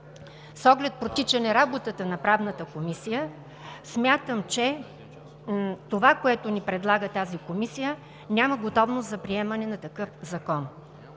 с оглед протичането на работата на Правната комисия смятам, че с това, което ни предлага тази комисия, няма готовност за приемане на такъв закон.